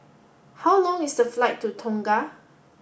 how long is the flight to Tonga